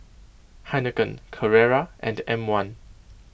Heinekein Carrera and M one